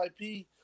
IP